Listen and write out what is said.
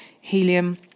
helium